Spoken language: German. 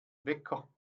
wecker